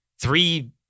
three